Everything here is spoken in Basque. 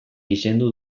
gizendu